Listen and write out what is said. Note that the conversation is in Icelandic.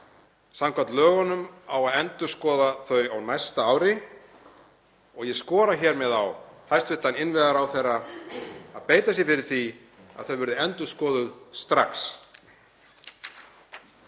Samkvæmt lögunum á að endurskoða þau á næsta ári og ég skora hér með á hæstv. innviðaráðherra að beita sér fyrir því að þau verði endurskoðuð strax.